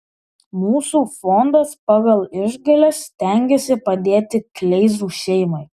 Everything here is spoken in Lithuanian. mūsų fondas pagal išgales stengiasi padėti kleizų šeimai